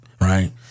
right